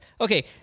Okay